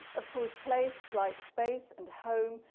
of course, place like space and home,